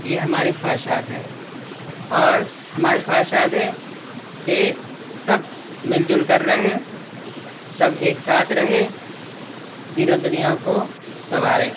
یہ ہماری خواہشات ہیں اور ہماری خواہشات ہیں کہ سب مل جل کر رہیں سب ایک ساتھ رہیں دین و دنیا کو سنواریں